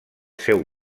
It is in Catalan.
seu